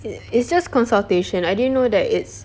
it it's just consultation I didn't know that it's